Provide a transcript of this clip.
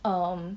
um